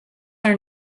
are